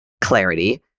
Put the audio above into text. clarity